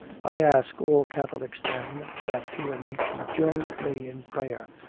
i ask all catholics, then, that hear me to join with me in prayer.